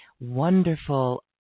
wonderful